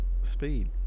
speed